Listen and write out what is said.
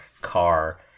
car